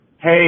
Hey